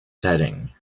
setting